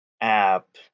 app